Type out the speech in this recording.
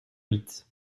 huit